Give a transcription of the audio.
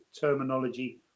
terminology